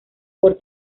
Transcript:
por